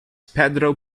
pedro